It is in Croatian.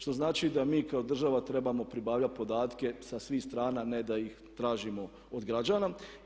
Što znači da mi kao država trebamo pribavljati podatke sa svih strana a ne da ih tražimo od građana.